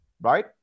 right